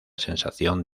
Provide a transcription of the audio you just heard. sensación